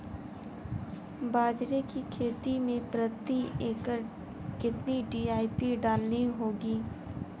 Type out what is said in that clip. बाजरे की खेती में प्रति एकड़ कितनी डी.ए.पी डालनी होगी?